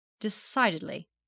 Decidedly